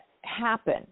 happen